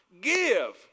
Give